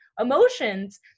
emotions